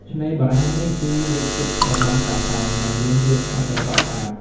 ឆ្នេរបារាំងនេះគឺនៅជិតតំបន់តាតៃ ដែលមានវាលខ្សាច់ដ៏ស្រស់ស្អាត។